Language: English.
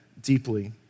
deeply